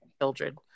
children